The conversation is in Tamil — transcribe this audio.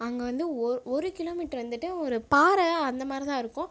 அங்கே வந்து ஒ ஒரு கிலோமீட்டர் வந்துட்டு ஒரு பாறை அந்த மாதிரி தான் இருக்கும்